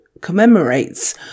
commemorates